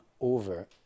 over